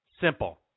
simple